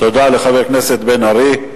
תודה לחבר הכנסת בן-ארי.